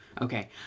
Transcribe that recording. Okay